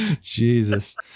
jesus